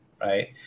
right